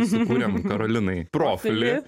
sukūrėm karolinai profilį